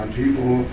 people